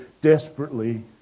desperately